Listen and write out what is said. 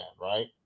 right